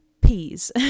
peas